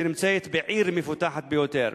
שנמצאת בעיר מפותחת ביותר.